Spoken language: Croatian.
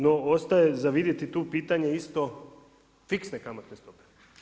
No ostaje za vidjeti tu pitanje isto fiksne kamatne stope.